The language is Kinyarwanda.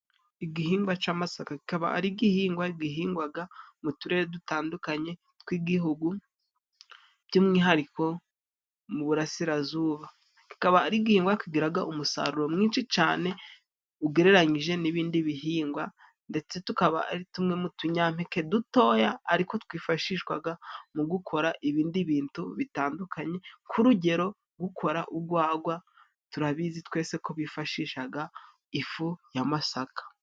Igihingwa c'amasaka kikaba ari igihingwa gihingwaga mu turere dutandukanye tw'igihugu by'umwihariko mu uburasirazuba, kikaba ari igihingwa kigiraga umusaruro mwinshi cyane ugereranyije n'ibindi bihingwa ndetse tukaba ari tumwe mu utuyampeke dutoya ariko twifashishwaga mu gukora ibindi bintu bitandukanye, nk'urugero gukora ugwagwa, turabizi twese ko bifashishaga ifu ya masaka.